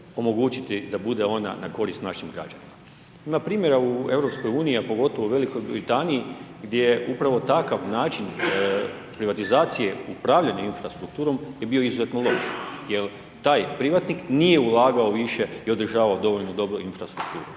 omogućiti da bude ona na korist našim građanima. Npr. u EU, a pogotovo u Velikoj Britaniji, gdje je upravo takav način privatizacije upravljanje infrastrukturom, je bio izuzetno loš, jer taj privatnik nije ulagao više i održavao dovoljno dobro infrastrukturu.